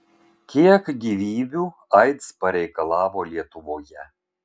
kiek gyvybių aids pareikalavo lietuvoje